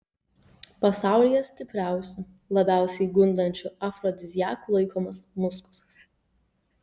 pasaulyje stipriausiu labiausiai gundančiu afrodiziaku laikomas muskusas